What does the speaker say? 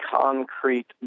concrete